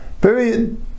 Period